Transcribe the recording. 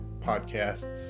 podcast